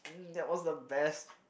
that was the best